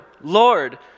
Lord